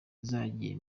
zagiye